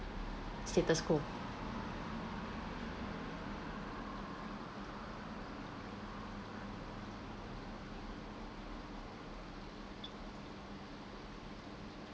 status quo